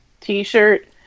T-shirt